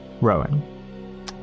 Rowan